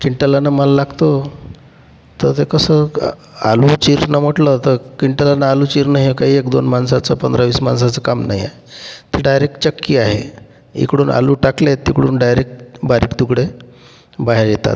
किंटलानं माल लागतो तर ते कसं आलू चिरणं म्हटलं तर किंटलानं आलू चिरणं हे काही एकदोन माणसाचं पंधरा वीस माणसाचं काम नाही आहे तर डायरेक चक्की आहे इकडून आलू टाकले तिकडून डायरेक बारीक तुकडे बाहेर येतात